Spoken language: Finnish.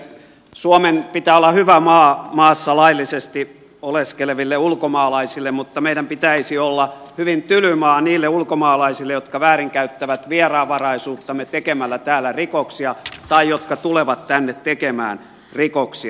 suomen pitää olla hyvä maa maassa laillisesti oleskeleville ulkomaalaisille mutta meidän pitäisi olla hyvin tyly maa niille ulkomaalaisille jotka väärinkäyttävät vieraanvaraisuuttamme tekemällä täällä rikoksia tai jotka tulevat tänne tekemään rikoksia